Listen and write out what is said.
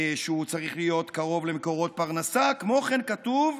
הוא צריך להיות קרוב למקורות פרנסה, וכמו כן כתוב,